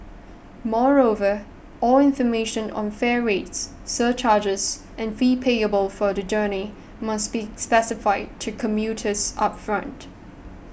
moreover all information on fare rates surcharges and fees payable for the journey must be specified to commuters upfront